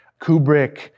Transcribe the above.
Kubrick